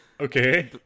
Okay